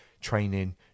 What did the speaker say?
training